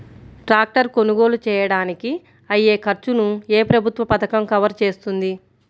Tractor కొనుగోలు చేయడానికి అయ్యే ఖర్చును ఏ ప్రభుత్వ పథకం కవర్ చేస్తుంది?